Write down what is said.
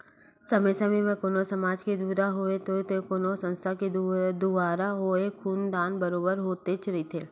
समे समे म कोनो समाज के दुवारा होवय ते कोनो संस्था के दुवारा होवय खून दान बरोबर होतेच रहिथे